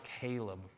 Caleb